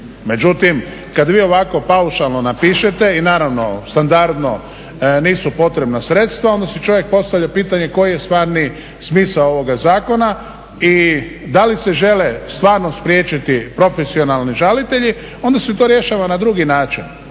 Međutim, kad vi ovako paušalno napišete i naravno standardno nisu potrebna sredstva, onda si čovjek postavlja pitanje koji je stvari smisao ovoga zakona i da li se žele stvarno spriječiti profesionalni žalitelji, onda se to rješava na drugi način.